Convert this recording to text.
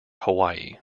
hawaii